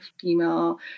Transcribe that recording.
female